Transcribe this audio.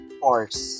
force